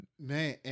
Man